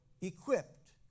equipped